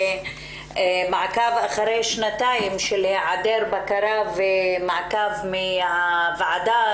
אחרי שנתיים של היעדר מעקב ובקרה מצד הוועדה,